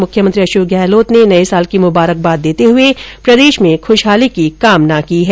मुख्यमंत्री अशोक गहलोत ने नये साल की मुबारकबाद देते हुए प्रदेश में खुशहाली की कामना की है